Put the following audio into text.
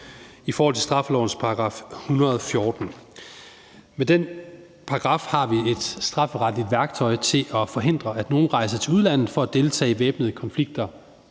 i forhold til straffelovens § 114. Med den paragraf har vi et strafferetligt værktøj til at forhindre, at nogle rejser til udlandet for at deltage i væbnede konflikter